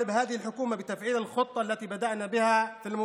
אני מבקש מהממשלה הזאת להפעיל את התוכנית שהתחלנו בה במשותפת.